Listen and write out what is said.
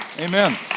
Amen